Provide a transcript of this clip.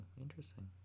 interesting